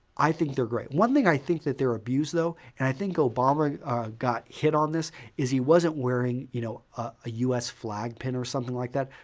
i think they're great. one thing i think that they're abused though and i think obama got hit on this is he wasn't wearing you know a us flag pin or something like that.